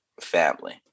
Family